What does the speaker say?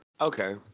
Okay